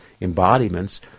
embodiments